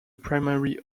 primary